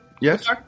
Yes